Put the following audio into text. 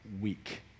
week